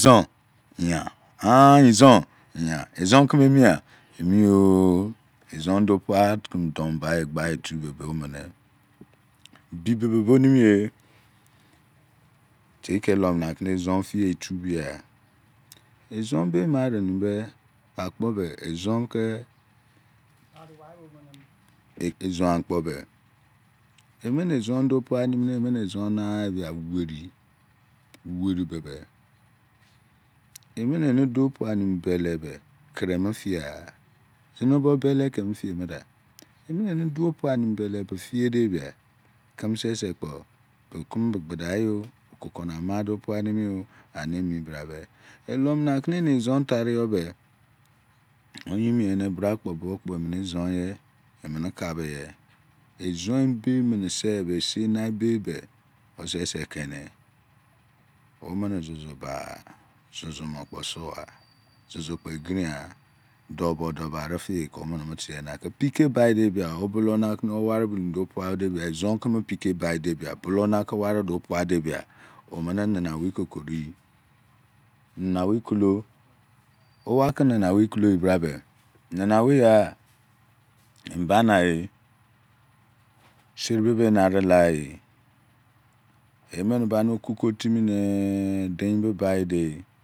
Ah izon yah ah ijon yah ezon keme emiya emi oo ezon duo pua keme donbaye gbai egberi betuje be ome ne bibebe on nimi ye teike comunakene ezon dieyi tu bia, ezon be emarenimije akpo be ezon eme ne ezon duo puanimine eme ne ezon nabia meri bebe emene eni duo pua nimi bele be kroimu dieela zene bo bele kemu dielmieda emene eniduo puanimi belebe die de bia keme sese kpo be keme be gbu dai yo okoko na ama duo pua nimiyo ani emi bra be elomunakene ezon tariyo be oyin mene bra kpo buo kpo ezon ye emane kabo ye ezon ebe menese eseraebesi kene omene zuzu bagha zuzu mo kpo sugha egiren kpe eqiren ghan dobo dobo arekie ke omene mo tie nake pike ba debia omene bulo nake owe mari mene duo mia debi a ezon keme buloma ke owari duo pua debia omene nanu owei kekuleyi nana owei kulo owake nena owei brabe naneowei ya enbane eh seribebe enarelaeh emeba ne okako timine deinbibui de